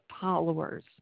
followers